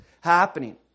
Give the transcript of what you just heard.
happening